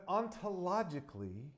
ontologically